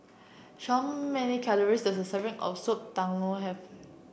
many calories the serving of Soup Tulang have